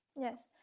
yes